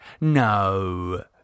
No